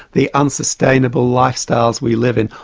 the unsustainable lifestyles we live in,